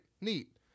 neat